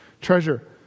treasure